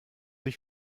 ich